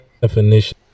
definition